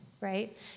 right